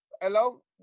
Hello